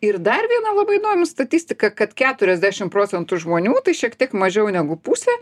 ir dar viena labai įdomi statistika kad keturiasdešim procentų žmonių tai šiek tiek mažiau negu pusė